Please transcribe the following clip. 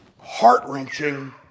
heart-wrenching